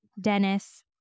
Dennis